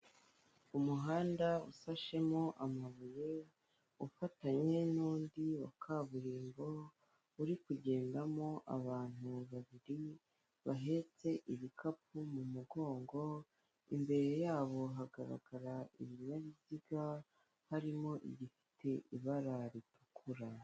Umuhanda usashemo amabuye, ufatanye n'undi wa kaburimbo, uri kugendamo abantu babiri, bahetse ibikapu mu mugongo, imbere yabo hagaragara ibinyabiziga, harimo igifite ibara ritukura.